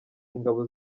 ingabo